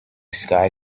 sky